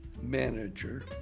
manager